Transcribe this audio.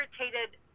irritated